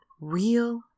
real